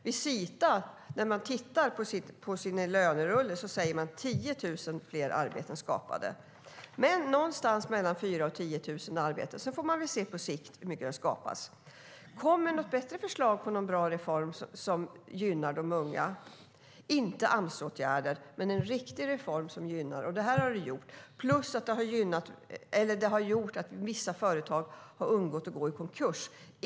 Visita säger att det är 10 000 fler arbeten som har skapats. Någonstans mellan 4 000 och 10 000 arbeten har alltså skapats. Sedan får man väl se på sikt hur många arbeten det blir som skapas. Kom med något bättre förslag på en reform som gynnar de unga - inte Amsåtgärder, utan en riktig reform! Det här har gjort det plus att vissa företag har undgått att gå i konkurs.